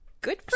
Good